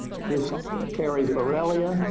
this carries borrelia,